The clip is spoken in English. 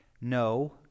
no